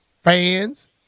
fans